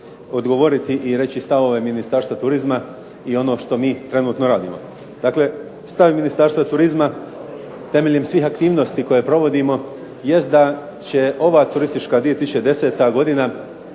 odgovoriti i reći stavove Ministarstva turizma i ono što mi trenutno radimo. Dakle, stav Ministarstva turizma temeljem svih aktivnosti koje provodimo jest da će ova turistička 2010. godina